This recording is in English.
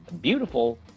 beautiful